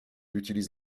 utilise